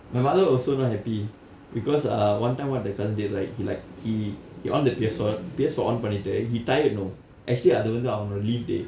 my mother also not happy because ah one time what the cousin did right he like he on the P_S four P_S four on பண்ணிட்டு:pannittu he tired you know actually அது வந்து அவனுடைய:athu vandthu avanudaya leave day